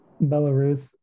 belarus